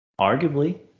Arguably